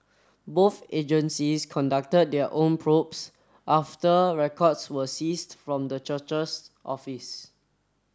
both agencies conducted their own probes after records were seized from the church's office